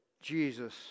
Jesus